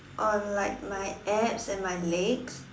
on like my abs and my legs